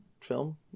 film